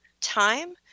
time